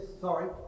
sorry